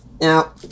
Now